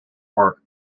work